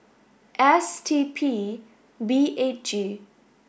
S T P B eight G